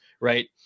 right